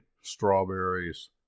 strawberries